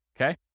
okay